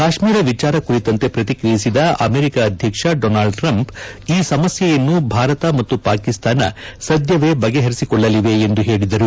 ಕಾಶ್ಮೀರ ವಿಚಾರ ಕುರಿತಂತೆ ಪ್ರತಿಕ್ರಿಯಿಸಿದ ಅಮೆರಿಕ ಅಧ್ಯಕ್ಷ ಡೊನಾಲ್ಡ್ ಟ್ರಂಪ್ ಈ ಸಮಸ್ನೆಯನ್ನು ಭಾರತ ಮತ್ತು ಪಾಕಿಸ್ತಾನ ಸದ್ಯವೇ ಬಗೆಹರಿಸಿಕೊಳ್ಳಲಿವೆ ಎಂದು ಹೇಳಿದರು